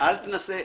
אל תנסה.